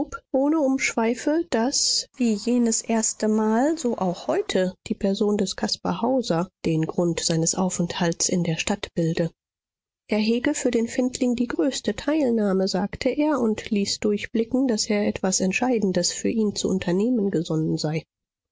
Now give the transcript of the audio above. ohne umschweife daß wie jenes erste mal so auch heute die person des caspar hauser den grund seines aufenthaltes in der stadt bilde er hege für den findling die größte teilnahme sagte er und ließ durchblicken daß er etwas entscheidendes für ihn zu unternehmen gesonnen sei